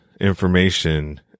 information